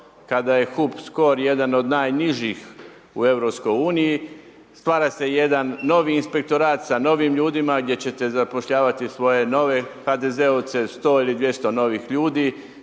kada je HUP scor jedan od najnižih u EU, stvara se jedan novi inspektorat, sa novim ljudima, gdje ćete zapošljavati svoje nove HDZ-ovce, 100 ili 200 novih ljudi,